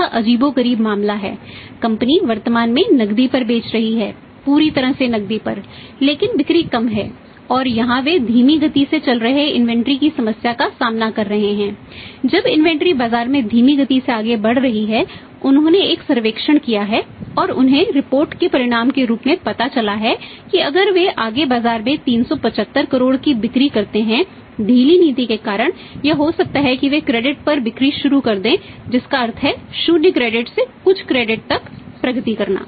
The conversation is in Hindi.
यह अजीबोगरीब मामला है कंपनी तक प्रगति करना